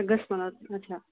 আগষ্টমানত আচ্ছা